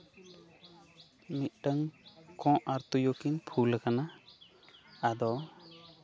ᱢᱤᱫᱴᱟᱱ ᱠᱚᱜ ᱟᱨ ᱛᱩᱭᱩ ᱠᱤᱱ ᱯᱷᱩᱞ ᱟᱠᱟᱱᱟ ᱟᱫᱚ